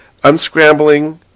Unscrambling